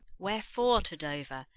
wherefore to dover?